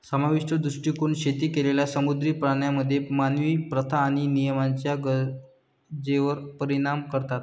सामाजिक दृष्टीकोन शेती केलेल्या समुद्री प्राण्यांमध्ये मानवी प्रथा आणि नियमांच्या गरजेवर परिणाम करतात